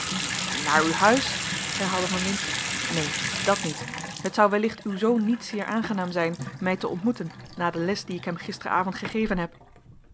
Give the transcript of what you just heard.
naar uw huis herhaalde van lintz neen dat niet het zou wellicht uw zoon niet zeer aangenaam zijn mij te ontmoeten na de les die ik hem gisteravond gegeven heb